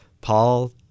Paul